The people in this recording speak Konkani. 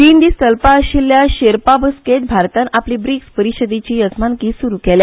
तीन दीस चलपा आशिल्ल्या शेरपा बसकेन भारतान आपली ब्रिक्स परिशदेची येजमानकी सुरु केल्या